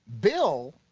Bill